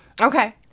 Okay